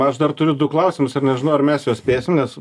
aš dar turiu du klausimus ir nežinau ar mes juos spėsim nes